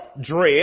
dread